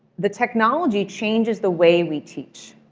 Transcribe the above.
the technology changes the way we teach.